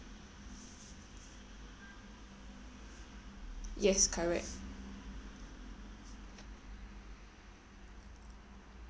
yes correct